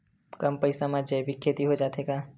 कम पईसा मा जैविक खेती हो जाथे का?